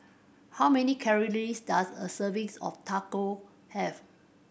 how many calories does a servings of Taco have